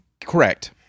Correct